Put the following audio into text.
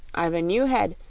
i've a new head,